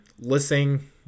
listening